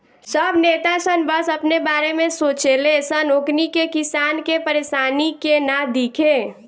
सब नेता सन बस अपने बारे में सोचे ले सन ओकनी के किसान के परेशानी के ना दिखे